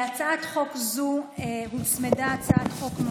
להצעת חוק זו הוצמדה הצעת חוק,